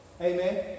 Amen